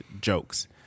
jokes